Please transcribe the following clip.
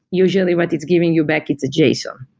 usually what it's giving you back, it's a json.